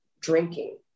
drinking